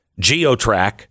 geotrack